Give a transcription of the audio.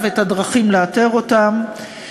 בישראל ולהכפיף אותן לפיקוח הרשות לניירות